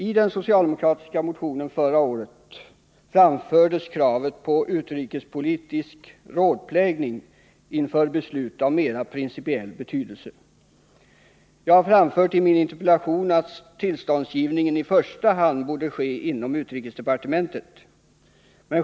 I den socialdemokratiska motionen förra året framfördes kravet på utrikespolitisk rådplägning inför beslut av mera principiell betydelse. Jag har framfört i min interpellation att tillståndsgivningen i första hand borde ske inom utrikesdepartementet.